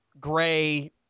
gray